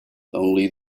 only